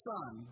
Son